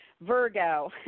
Virgo